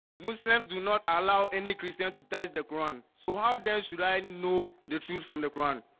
muslims do not allow any christian to touch the quran. so how does should i know the truth from the quran?